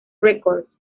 records